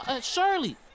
Shirley